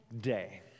day